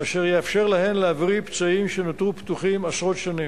אשר יאפשר להן להבריא פצעים שנותרו פתוחים עשרות שנים.